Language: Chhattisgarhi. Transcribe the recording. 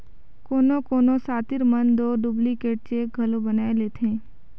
कोनो कोनो सातिर मन दो डुप्लीकेट चेक घलो बनाए लेथें